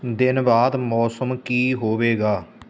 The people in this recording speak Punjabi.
ਦਿਨ ਬਾਅਦ ਮੌਸਮ ਕੀ ਹੋਵੇਗਾ